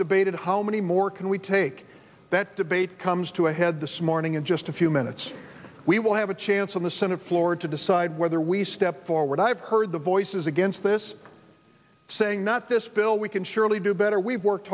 debated how many more can we take that debate comes to ahead this morning in just a few minutes we will have a chance on the senate floor to decide whether we step forward i've heard the voices against this saying not this bill we can surely do better we've worked